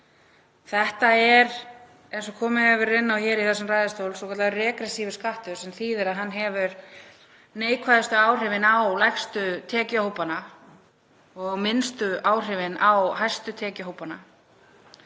Þetta er, eins og komið hefur verið inn á hér, svokallaður regressífur skattur sem þýðir að hann hefur neikvæðustu áhrifin á lægstu tekjuhópana og minnstu áhrifin á hæstu tekjuhópana.